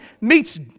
meets